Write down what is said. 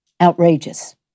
outrageous